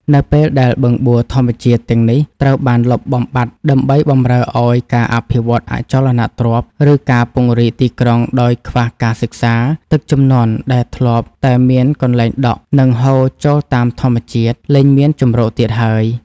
នៅពេលដែលបឹងបួរធម្មជាតិទាំងនេះត្រូវបានលុបបាត់ដើម្បីបម្រើឱ្យការអភិវឌ្ឍអចលនទ្រព្យ ឬការពង្រីកទីក្រុងដោយខ្វះការសិក្សា ទឹកជំនន់ដែលធ្លាប់តែមានកន្លែងដក់ និងហូរចូលតាមធម្មជាតិ លែងមានជម្រកទៀតហើយ។